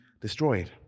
destroyed